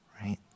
right